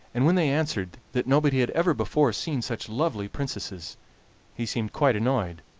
and when they answered that nobody had ever before seen such lovely princesses he seemed quite annoyed.